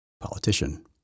politician